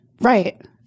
right